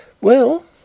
Well